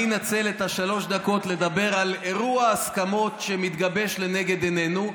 אני אנצל את שלוש הדקות לדבר על אירוע ההסכמות שמתגבש לנגד עינינו.